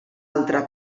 altra